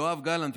יואב גלנט,